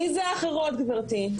מי זה האחרות, גברתי?